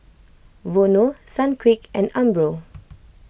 Vono Sunquick and Umbro